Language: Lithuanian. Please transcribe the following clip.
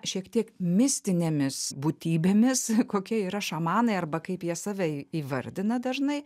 šiek tiek mistinėmis būtybėmis kokie yra šamanai arba kaip jie save įvardina dažnai